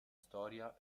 storia